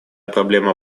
проблема